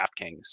DraftKings